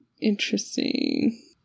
Interesting